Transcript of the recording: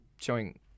showing